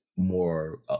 more